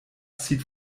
zieht